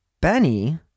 Benny